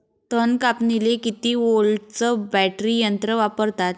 तन कापनीले किती व्होल्टचं बॅटरी यंत्र वापरतात?